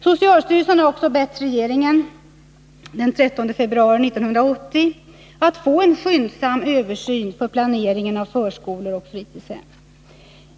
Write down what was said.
Socialstyrelsen har också — den 13 februari 1980 — bett regeringen om en skyndsam översyn av planeringen av förskolor och fritidshem.